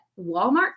Walmart